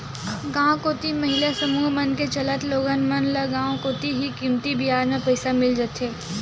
गांव कोती महिला समूह मन के चलत लोगन मन ल गांव कोती ही कमती बियाज म पइसा मिल जाथे